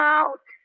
out